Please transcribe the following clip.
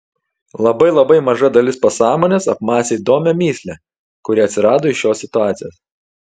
labai labai maža dalis pasąmonės apmąstė įdomią mįslę kuri atsirado iš šios situacijos